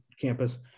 campus